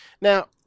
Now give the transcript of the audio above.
Now